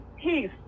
peace